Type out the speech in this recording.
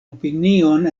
opinion